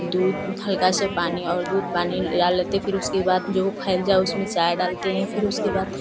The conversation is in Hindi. दूध हल्का सा पानी और दूध पानी डाल लेते हैं फिर उसके बाद जो उ खैल जाय चाय उसमें डालते हैं फिर उसके बाद